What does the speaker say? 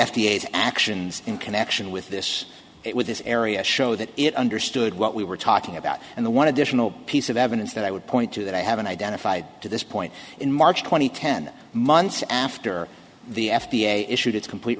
has actions in connection with this with this area show that it understood what we were talking about and the one additional piece of evidence that i would point to that i haven't identified to this point in march two thousand and ten months after the f d a issued its complete